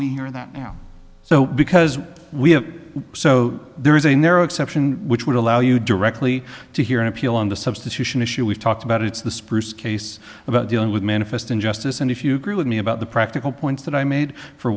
we hear that now so because we have so there is a narrow exception which would allow you directly to hear an appeal on the substitution issue we've talked about it's the spruce case about dealing with manifest injustice and if you agree with me about the practical points that i made for